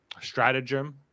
stratagem